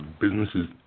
businesses